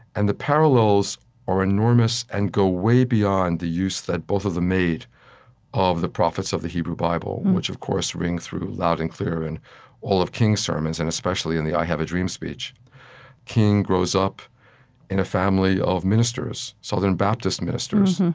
and the parallels are enormous and go way beyond the use that both of them made of the prophets of the hebrew bible, which, of course, ring through loud and clear in all of king's sermons, and especially in the i have a dream speech king grows up in a family of ministers, southern baptist ministers,